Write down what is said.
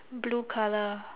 blue colour